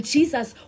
Jesus